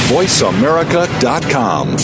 VoiceAmerica.com